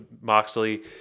Moxley